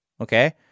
Okay